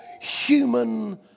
human